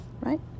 right